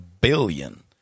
billion